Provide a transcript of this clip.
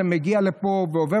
זה מגיע לפה ועובר,